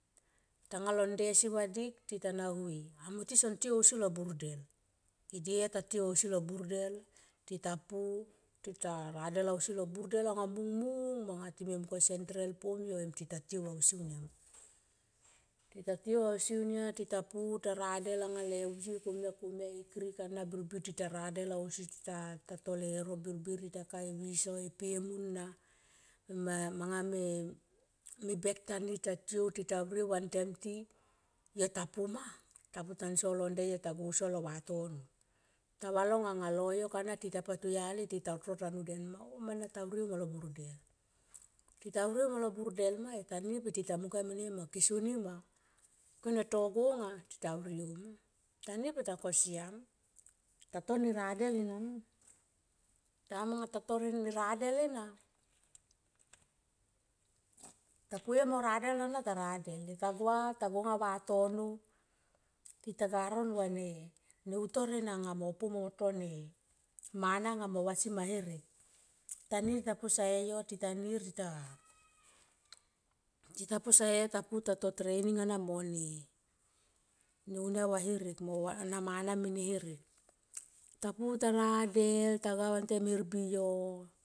Tanga lo nde si vadik ti ta na hue amo ti son tiou si lo bundel e die yo ta tiou si lo bundel tita pu tita radel ausi lo bundel anga mung mung ma anga time mung kone sentral pomio em ti ta tiou ausi nama tita tiou ausi ania ti ta pu ta radel anga le vei komia komia e krik ana birbir tita radel ausi tita to reuro birbir tita to e leuro birbir tita ka e viso e pemu na manga me bek ta tiou tita vriou vantem ti yo ta puma ta pu taso lon nde ta go auso lo vatono. Ta valong ango loyok ana tita pa to yali tita utor tanu den ma oh mana ta vriou molol bundel. Tita vriou molo bundel ma yo ta nir pe tita mung komia mene yo ma ke soni ma kene to go nga tita vriou ma tanir pe ta mung ko siam tato neradel ena ma. Tim ang ta to ne radel ena, ta po yo mo radel ta radel yo ta gua, ta gonga vatono tita ga ron vane ne utor ena anga mo pu tone mana nga mo vasi ma herek. Tanir ta po sae yo ti ta nir tito, tita po sae yo ta pu talo treining ana mone unia va herek mo na mana mene herek. Ta pu ta radel ta gua wantem hermbi yo.